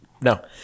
No